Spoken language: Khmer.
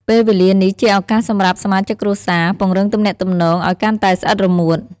ពេលវេលានេះជាឱកាសសម្រាប់សមាជិកគ្រួសារ ពង្រឹងទំនាក់ទំនង ឱ្យកាន់តែស្អិតរមួត ។